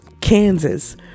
Kansas